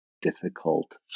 difficult